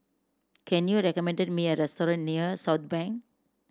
can you recommend me a restaurant near Southbank